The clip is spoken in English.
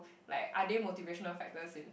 like are they motivational factors in